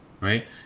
right